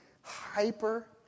hyper